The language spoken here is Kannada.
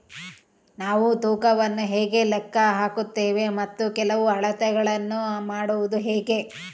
ನಾವು ತೂಕವನ್ನು ಹೇಗೆ ಲೆಕ್ಕ ಹಾಕುತ್ತೇವೆ ಮತ್ತು ಕೆಲವು ಅಳತೆಗಳನ್ನು ಮಾಡುವುದು ಹೇಗೆ?